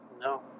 No